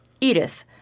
Edith